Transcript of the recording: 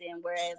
Whereas